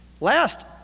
Last